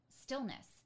stillness